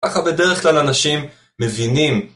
ככה בדרך כלל אנשים מבינים.